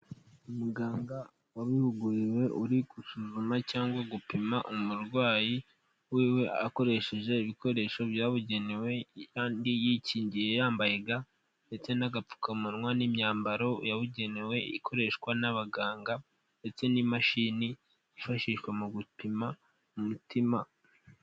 Umuganga wabihuguriwe uri gusuzuma cyangwa gupima umurwayi wiwe akoresheje ibikoresho byabugenewe, kandi yikingiye yambaye ga ndetse n'agapfukamunwa n'imyambaro yabugenewe ikoreshwa n'abaganga, ndetse n'imashini yifashishwa mu gupima umutima.